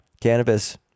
Cannabis